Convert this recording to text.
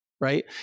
right